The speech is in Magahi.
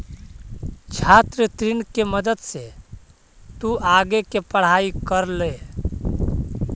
छात्र ऋण के मदद से तु आगे के पढ़ाई कर ले